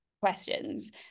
Questions